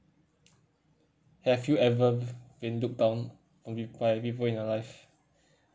have you ever been looked down on peop~ by people in your life